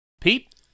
Pete